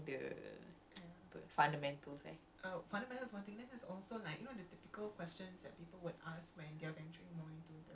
it's not like macam lame questions kan like those questioning the fundamentals eh